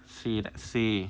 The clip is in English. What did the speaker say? see next see